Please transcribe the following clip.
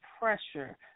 pressure